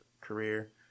career